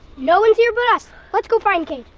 no one's here, but us. let's go find kade.